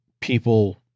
people